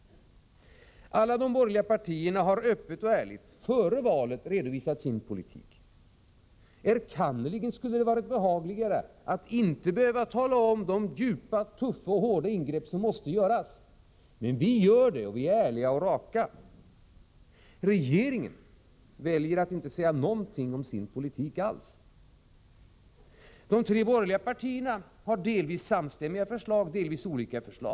Alla de borgerliga partierna har öppet och ärligt — före valet — redovisat sin politik. Visserligen skulle det ha varit behagligare att inte behöva tala om de djupa, tuffa och hårda ingrepp som måste göras, men vi har berättat om dem, därför att vi är ärliga och raka. Regeringen väljer att inte säga någonting alls om sin politik. De tre borgerliga partierna har delvis samstämmiga, delvis olika förslag.